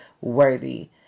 worthy